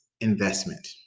investment